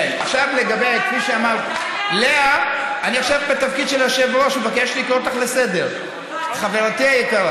כן, עכשיו, לגבי מה שאמרתי, איפה נולדת, בנתניה?